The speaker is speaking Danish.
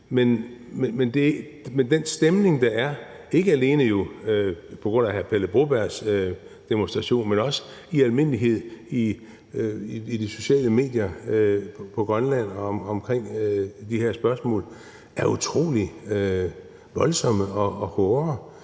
Men den stemning, der er, ikke alene på grund af Pele Brobergs demonstration, men også i almindelighed i de sociale medier på Grønland omkring de her spørgsmål, er utrolig voldsom og hård